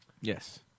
Yes